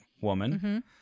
woman